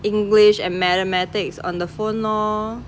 english and mathematics on the phone lor